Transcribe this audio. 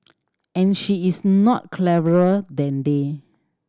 and she is not cleverer than they